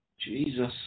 Jesus